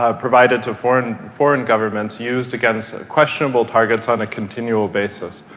ah provided to foreign foreign governments, used against questionable targets on a continual basis.